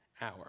hour